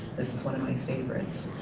this is one of my favorites.